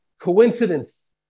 coincidence